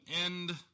end